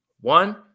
One